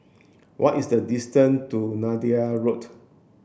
what is the distance to Neythai Road